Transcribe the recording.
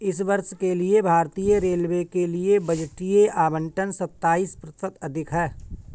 इस वर्ष के लिए भारतीय रेलवे के लिए बजटीय आवंटन सत्ताईस प्रतिशत अधिक है